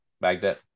Baghdad